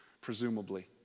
presumably